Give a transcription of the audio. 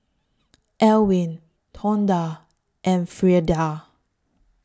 Elwin Tonda and Freida